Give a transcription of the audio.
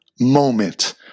moment